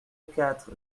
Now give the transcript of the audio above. quatre